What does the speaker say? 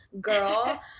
girl